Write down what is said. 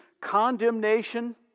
condemnation